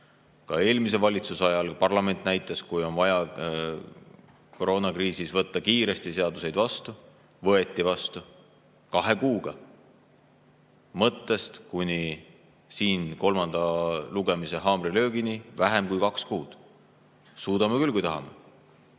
Ka eelmise valitsuse ajal parlament näitas, et kui on vaja koroonakriisis võtta kiiresti seadusi vastu, siis need võeti vastu kahe kuuga. Mõttest kuni kolmanda lugemise haamrilöögini kulus vähem kui kaks kuud. Suudame küll, kui tahame. On